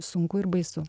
sunku ir baisu